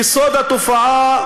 יסוד התופעה,